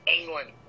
England